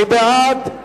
מי בעד?